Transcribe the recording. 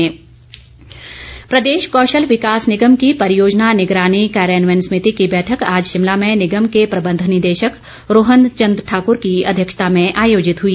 बैठक प्रदेश कौशल विकास निगम की परियोजना निगरानी कार्यान्वयन सभिति की बैठक आज शिमला में निगम के प्रबंध निदेशक रोहन चंद ठाकूर की अध्यक्षता में आयोजित हुई